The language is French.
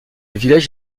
village